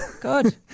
Good